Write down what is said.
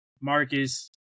Marcus